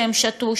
שהם שתו,